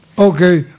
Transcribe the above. okay